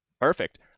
Perfect